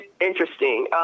interesting